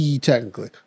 Technically